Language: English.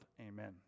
Amen